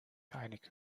einig